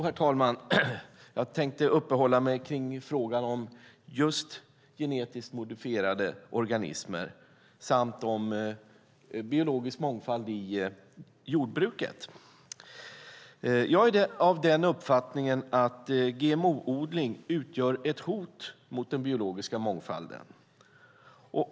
Herr talman! Jag tänkte uppehålla mig vid frågan om just genetiskt modifierade organismer samt vid biologisk mångfald i jordbruket. Jag är av den uppfattningen att GMO-odling utgör ett hot mot den biologiska mångfalden.